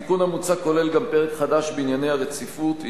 התיקון המוצע כולל גם פרק חדש בענייני הרציפות,